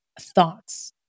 thoughts